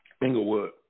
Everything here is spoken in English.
Inglewood